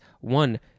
One